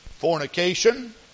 fornication